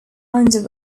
under